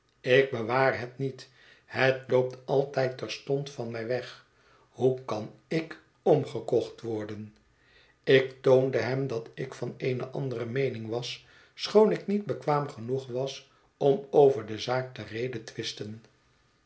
ik bewaar het niet het loopt altijd terstond van mij weg hoe kan ik omgekocht worden ik toonde hem dat ik van eene andere meening was schoon ik niet bekwaam genoeg was om over de zaak te